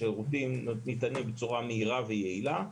שירותים ניתנים בצורה מהירה ויעילה,